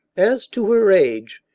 as to her age,